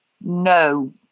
no